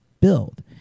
build